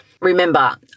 Remember